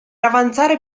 avanzare